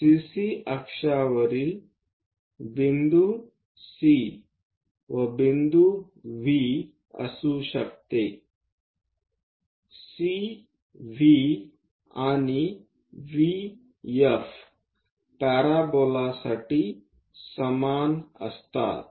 CC अक्षावरील बिंदू C व बिंदू V असू शकते CV आणि VF पॅराबोलासाठी समान असतात